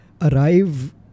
arrive